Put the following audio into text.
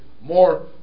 more